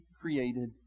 created